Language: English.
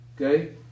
Okay